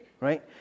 right